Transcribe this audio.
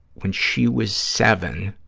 when she was seven,